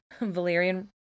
valerian